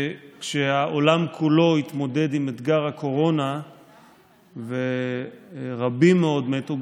וכשהעולם כולו התמודד עם אתגר הקורונה ורבים מאוד מתו,